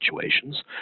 situations